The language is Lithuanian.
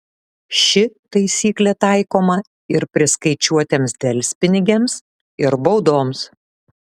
ši taisyklė taikoma ir priskaičiuotiems delspinigiams ir baudoms